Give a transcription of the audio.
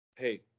hey